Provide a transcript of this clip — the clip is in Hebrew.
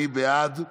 מי בעד?